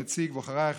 כנציג בוחריי החרדים,